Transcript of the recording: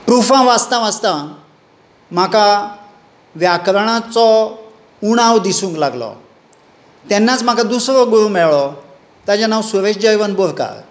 प्रुफां वाचतां वाचतां म्हाका व्याकरणाचो उणाव दिसूंक लागलो तेन्नाच म्हाका दुसरो गुरू मेळ्ळो ताचें नांव सुरेश जयवंत बोरकार